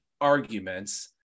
arguments